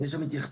יש שם התייחסות